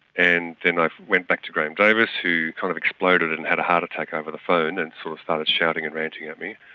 and then i went back to graham davis, who kind of exploded and had a heart attack over the phone, and sort of started shouting and ranting at me.